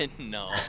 No